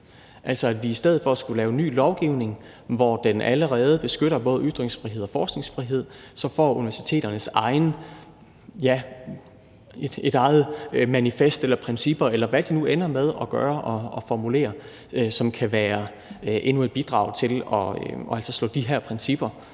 Altså, i stedet for at skulle lave ny lovgivning, som allerede beskytter både ytringsfrihed og forskningsfrihed, får universiteterne deres eget manifest, deres egne principper, eller hvad de nu ender med til at gøre og formulere, som kan være endnu et bidrag til altså at slå de her principper